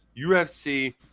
UFC